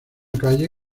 calle